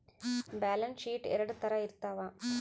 balance sheet ಎರಡ್ ತರ ಇರ್ತವ